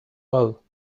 all